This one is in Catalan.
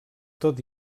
tot